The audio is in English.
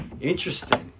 Interesting